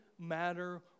matter